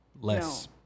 less